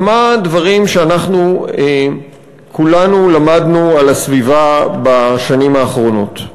כמה דברים שאנחנו כולנו למדנו על הסביבה בשנים האחרונות.